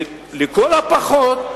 שלכל הפחות,